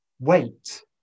wait